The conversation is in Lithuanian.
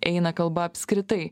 eina kalba apskritai